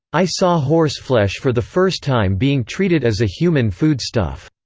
i saw horseflesh for the first time being treated as a human foodstuff.